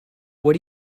what